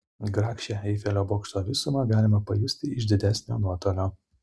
grakščią eifelio bokšto visumą galima pajusti iš didesnio nuotolio